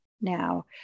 now